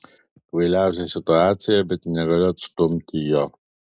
kvailiausia situacija bet negaliu atstumti jo